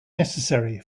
necessary